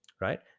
right